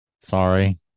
Sorry